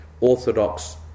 orthodox